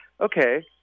okay